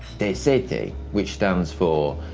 tct, which stands for,